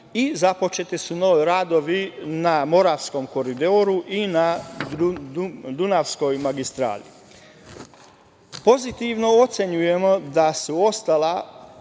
i započete su radovi na Moravskom koridoru i na Dunavskoj magistrali. Pozitivno ocenjujemo da su ostala